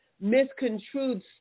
misconstrued